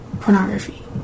pornography